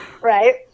Right